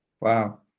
Wow